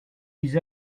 vis